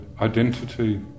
identity